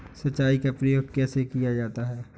सिंचाई का प्रयोग कैसे किया जाता है?